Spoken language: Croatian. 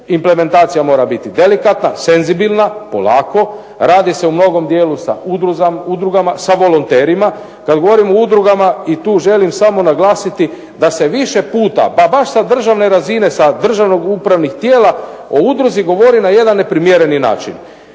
Implementacija mora biti delikatna, senzibilna, polako, radi se u mnogom dijelu sa udrugama, sa volonterima. Kada govorim o udrugama i tu želim samo naglasiti da se više puta pa baš sa državne razine sa državnih upravnih tijela o udruzi govori na jedan neprimjereni način.